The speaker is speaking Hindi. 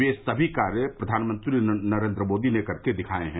वे सभी कार्य प्रधानमंत्री नरेन्द्र मोदी ने करके दिखाये हैं